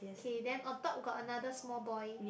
k then on top got another small boy